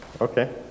Okay